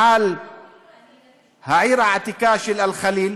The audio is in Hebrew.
על אל-ח'ליל,